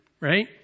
right